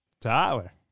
Tyler